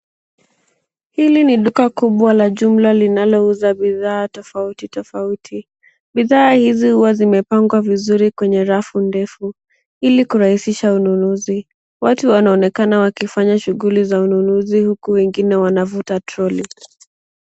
Hili ni duka kubwa la jumbla linalouza bidhaa tafauti tafauti. Bidhaa hizi huwa zimepangwa vizuri kwenye rafu ndefu ili kurahisisha ununuzi. Watu wanaonekana wakifanya shughuli za ununuzi huku wengine wanafuta troli.